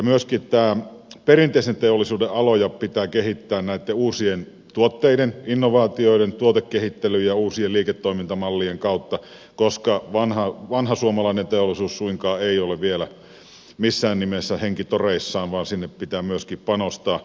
myöskin perinteisen teollisuuden aloja pitää kehittää näitten uusien tuotteiden innovaatioiden tuotekehittelyn ja uusien liiketoimintamallien kautta koska vanha suomalainen teollisuus suinkaan ei ole vielä missään nimessä henkitoreissaan vaan sinne pitää myöskin panostaa